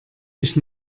ich